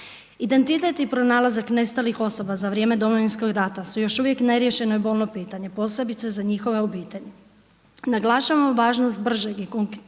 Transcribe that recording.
Identitet i pronalazak nestalih osoba za vrijeme Domovinskog rata su još uvijek neriješeno i bolno pitanje posebice za njihove obitelji. Naglašavamo važnost bržeg i kontinuiranijeg